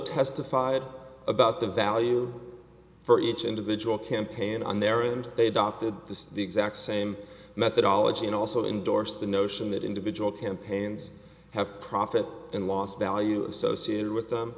testified about the value for each individual campaign on there and they dotted the exact same methodology and also endorse the notion that individual campaigns have profit and loss value associated with them